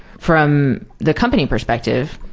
from the company perspective,